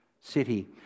city